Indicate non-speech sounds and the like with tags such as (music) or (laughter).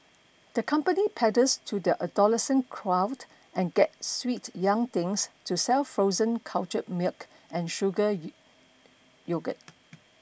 the company panders to the adolescent crowd and gets sweet young things to sell frozen cultured milk and sugar (unintelligible) yogurt